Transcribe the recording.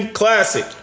classic